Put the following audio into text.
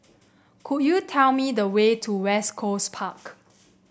could you tell me the way to West Coast Park